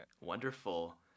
Wonderful